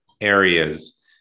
areas